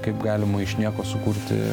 kaip galima iš nieko sukurti